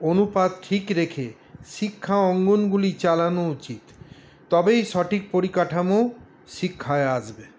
অনুপাত ঠিক রেখে শিক্ষা অঙ্গনগুলি চালানো উচিৎ তবেই সঠিক পরিকাঠামো শিক্ষায় আসবে